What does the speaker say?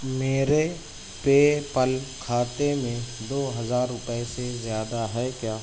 میرے PayPal کھاتے میں دو ہزار روپئے سے زیادہ ہے کیا